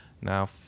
now